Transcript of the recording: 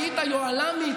היית היוהל"מית,